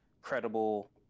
credible